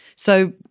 so,